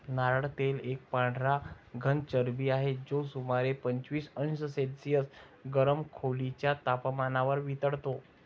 नारळ तेल एक पांढरा घन चरबी आहे, जो सुमारे पंचवीस अंश सेल्सिअस गरम खोलीच्या तपमानावर वितळतो